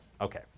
Okay